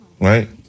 Right